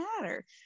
matter